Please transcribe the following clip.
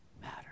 matter